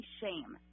shame